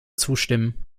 zustimmen